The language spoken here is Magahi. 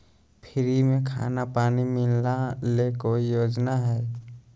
फ्री में खाना पानी मिलना ले कोइ योजना हय?